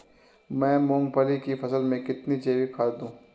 मैं मूंगफली की फसल में कितनी जैविक खाद दूं?